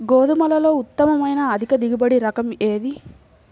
గోధుమలలో ఉత్తమమైన అధిక దిగుబడి రకం ఏది?